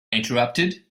interrupted